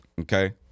Okay